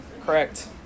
Correct